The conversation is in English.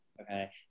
okay